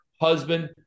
husband